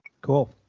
Cool